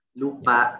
lupa